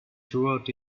toward